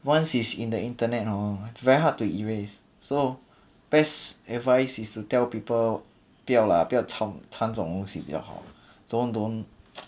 once it's in the internet hor very hard to erase so best advice is to tell people 不要啦不要参这种东西比较好 don't don't